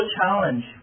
challenge